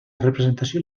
representació